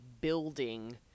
building